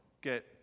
get